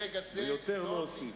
ויותר לא אוסיף.